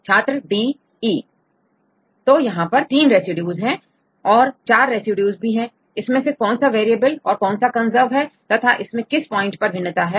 छात्रडी छात्रE तो यहां पर तीन रेसिड्यूज और 4 रेसिड्यूज भी है इसमें से कौन सा वेरिएबल और कौन सा कंजर्व है तथा इनमें किस पॉइंट पर भिन्नता है